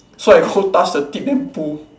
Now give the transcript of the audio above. so I go touch the tip then pull